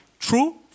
True